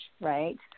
right